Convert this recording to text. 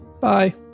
Bye